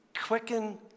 quicken